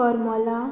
कोर्मोलां